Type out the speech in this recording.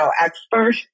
expert